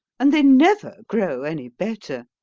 and they never grow any better.